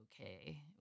okay